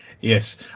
Yes